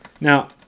Now